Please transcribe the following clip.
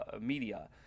media